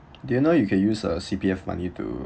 do you know you can use uh C_P_F money to